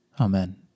Amen